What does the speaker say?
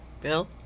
Bill